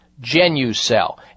GenuCell